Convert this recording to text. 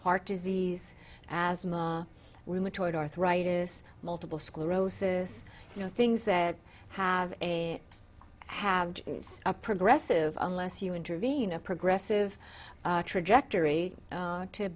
heart disease as my rheumatoid arthritis multiple sclerosis you know things that have a have a progressive unless you intervene a progressive trajectory